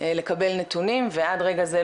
לקבל נתונים ועד רגע זה,